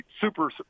super